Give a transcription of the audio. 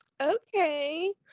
Okay